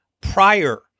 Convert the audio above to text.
prior